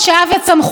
שאב את סמכותו